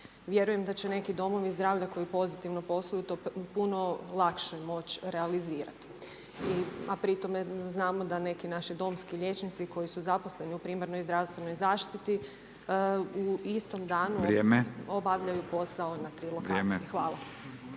Vjerujem da će neki domovi zdravlja, koji pozitivno posluju, puno lakše moći realizirati, a pri tome, znamo, da neki naši domski liječnici, koji su zaposleni u primarnoj zdravstvenoj zaštiti u istom danu obavljaju posao na tri lokacije. Hvala.